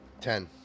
Ten